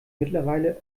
mittlerweile